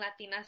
Latinas